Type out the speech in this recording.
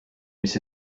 mis